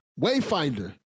Wayfinder